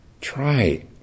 try